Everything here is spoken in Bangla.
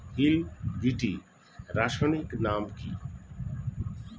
হিল বিটি রাসায়নিক নাম কি?